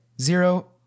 Zero